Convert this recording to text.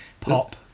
Pop